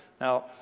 Now